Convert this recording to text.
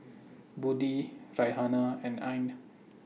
Budi Raihana and Ain